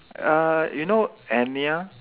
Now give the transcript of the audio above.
uh you know Enya